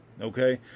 okay